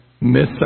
Miss